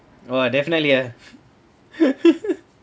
!wah! definitely ah